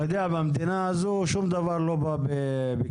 אתה יודע, במדינה הזו שום דבר לא בא בקלות.